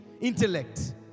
intellect